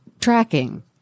tracking